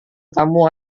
kamu